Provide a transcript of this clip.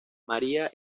maría